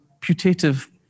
putative